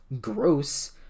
gross